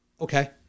okay